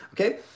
okay